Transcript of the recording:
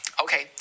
Okay